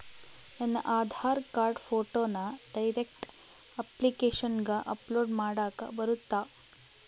ನನ್ನ ಆಧಾರ್ ಕಾರ್ಡ್ ಫೋಟೋನ ಡೈರೆಕ್ಟ್ ಅಪ್ಲಿಕೇಶನಗ ಅಪ್ಲೋಡ್ ಮಾಡಾಕ ಬರುತ್ತಾ?